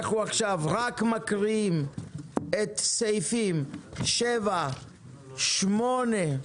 אנחנו עכשיו רק מקריאים את סעיפים 7,8 ו-9,